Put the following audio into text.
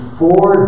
four